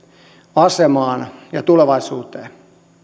asemaan ja tulevaisuuteen